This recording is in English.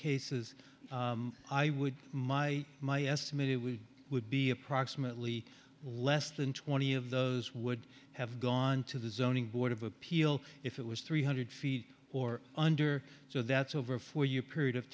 cases i would my my estimate it would be approximately less than twenty of those would have gone to the zoning board of appeal if it was three hundred feet or under so that's over for you period of